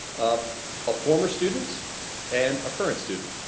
ah a former student and a current student.